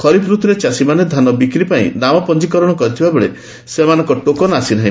ଖରିଫ ଋତୁରେ ଚାଷୀମାନେ ଧାନ ବିକ୍ରି ପାଇଁ ନାମ ପଞ୍ଚୀକରଣ କରିଥିବାବେଳେ ସେମାନଙ୍ଙ ଟୋକନ ଆସି ନାହି